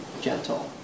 gentle